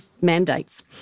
mandates